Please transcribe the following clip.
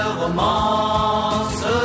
romance